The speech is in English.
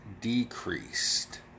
decreased